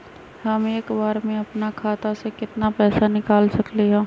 हम एक बार में अपना खाता से केतना पैसा निकाल सकली ह?